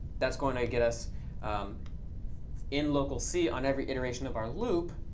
that's going to get us in local c on every iteration of our loop